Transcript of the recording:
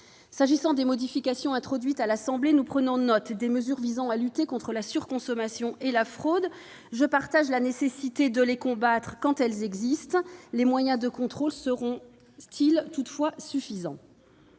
S'agissant des modifications introduites à l'Assemblée nationale, nous prenons note des mesures visant à lutter contre la surconsommation et la fraude. Je partage la nécessité de combattre ces dernières, quand elles existent ! Les moyens de contrôle seront-ils toutefois suffisants ?